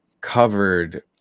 covered